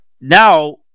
now